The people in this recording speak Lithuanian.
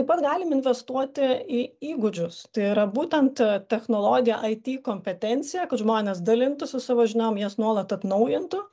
taip pat galim investuoti į įgūdžius tai yra būtent technologija it kompetencija kad žmonės dalintųsi savo žiniomis jas nuolat atnaujintų